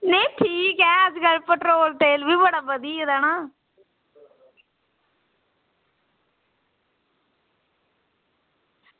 नेईं ठीक ऐ अज्जकल पेट्रोल तेल बी बधी गेदा ना